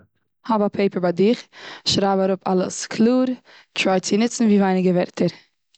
האב א פעיפער ביי דיך, שרייב אראפ אלעס קלאר. טריי צו ניצן ווי ווייניגער ווערטער.